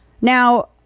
Now